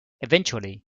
eventually